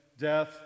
death